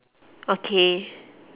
okay